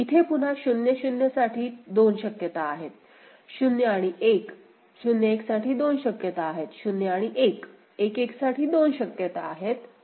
इथे पुन्हा 0 0 साठी दोन शक्यता आहेत 0 आणि 1 0 1 साठी दोन शक्यता आहेत 0 आणि 1 1 1 साठी दोन शक्यता आहेत 0 आणि 1